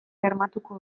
bermatuko